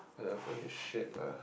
uh for this shit lah